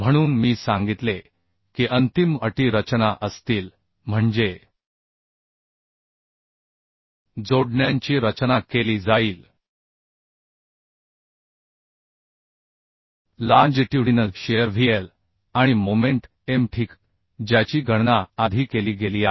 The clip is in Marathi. म्हणून मी सांगितले की अंतिम अटी रचना असतील म्हणजे जोडण्यांची रचना केली जाईल लाँजिट्युडिनल शिअर VL आणि मोमेंट M ठीक ज्याची गणना आधी केली गेली आहे